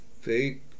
Fake